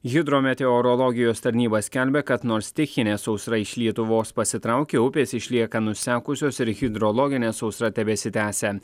hidrometeorologijos tarnyba skelbia kad nors stichinė sausra iš lietuvos pasitraukė upės išlieka nusekusios ir hidrologinė sausra tebesitęsia